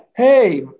Hey